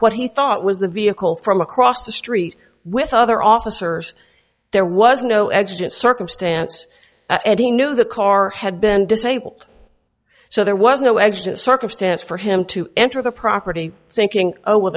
what he thought was the vehicle from across the street with other officers there was no exit circumstance and he knew the car had been disabled so there was no exit circumstance for him to enter the property thinking oh well